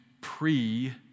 pre